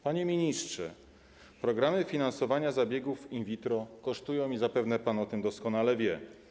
Panie ministrze, programy finansowania zabiegów in vitro kosztują i zapewne pan o tym doskonale wie.